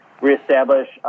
reestablish